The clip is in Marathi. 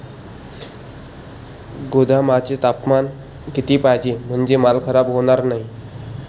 गोदामाचे तापमान किती पाहिजे? म्हणजे माल खराब होणार नाही?